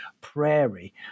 prairie